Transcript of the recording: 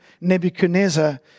Nebuchadnezzar